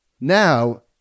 Now